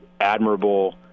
admirable